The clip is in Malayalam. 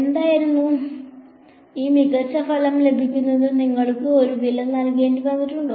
എന്തായിരുന്നു ഈ മികച്ച ഫലം ലഭിക്കുന്നതിന് നിങ്ങൾ ഒരു വില നൽകേണ്ടി വന്നിട്ടുണ്ടോ